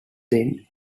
then